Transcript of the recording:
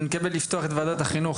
אני מתכבד לפתוח את ישיבת ועדת החינוך,